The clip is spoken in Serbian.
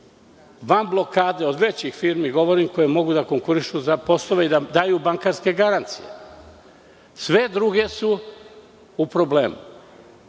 van blokade, govorim od većih firmi, koje mogu da konkurišu za poslove i da daju bankarske garancije? Sve druge su u problemu. Sada